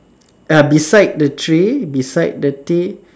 uh beside the tree beside the tea